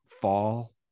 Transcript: fall